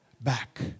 back